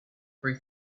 three